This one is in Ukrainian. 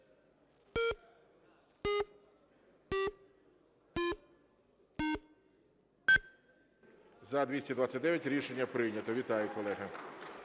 За-229 Рішення прийнято. Вітаю, колеги.